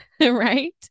right